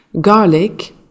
Garlic